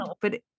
but-